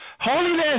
holiness